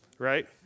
Right